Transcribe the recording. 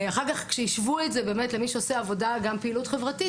אחר כך שהשוו את זה למי שעושה עבודת פעילות חברתית,